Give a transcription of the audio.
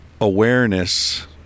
awareness